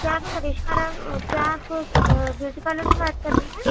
کیا آپ کرشما کیا آپ بیوٹی پارلر سے بات کر رہی ہیں